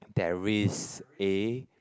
there is a